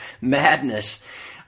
madness